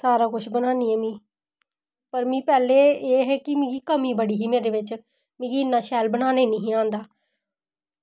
सारा कुछ बनानी आं में ते मिगी पैह्ले एह् कि मिगी कमी बड़ी ही मेरे बिच मिगी इन्ना शैल बनाना निं ही आंदा